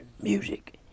music